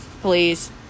please